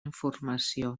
informació